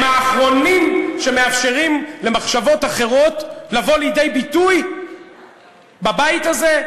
הם האחרונים שמאפשרים למחשבות אחרות לבוא לידי ביטוי בבית הזה,